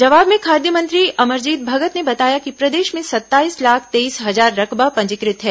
जवाब में खाद्य मंत्री अमरजीत भगत ने बताया कि प्रदेश में सत्ताईस लाख तेईस हजार रकबा पंजीकृत हैं